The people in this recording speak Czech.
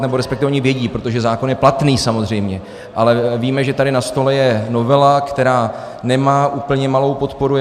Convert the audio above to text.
Nebo respektive oni vědí, protože zákon je platný samozřejmě, ale víme, že je tady na stole novela, která nemá úplně malou podporu.